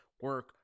Work